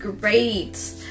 great